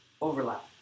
overlap